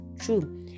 true